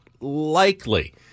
likely